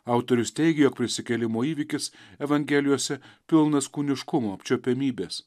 autorius teigia jog prisikėlimo įvykis evangelijose pilnas kūniškumo apčiuopiamybės